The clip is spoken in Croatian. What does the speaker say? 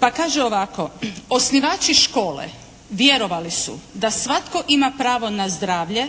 pa kaže ovako: “Osnivači škole vjerovali su da svatko ima pravo na zdravlje,